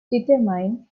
determine